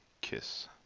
kiss